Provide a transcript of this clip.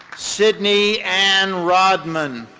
sidney ann rodman.